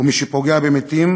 ומי שפוגע במתים